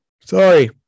Sorry